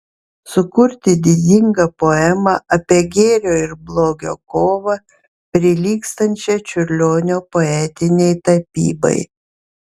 sukurti didingą poemą apie gėrio ir blogio kovą prilygstančią čiurlionio poetinei tapybai